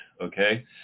okay